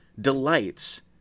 delights